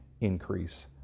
increase